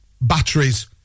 Batteries